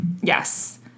Yes